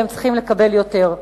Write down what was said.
והם צריכים לקבל יותר.